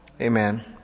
Amen